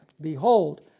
Behold